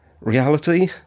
reality